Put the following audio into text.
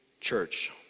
church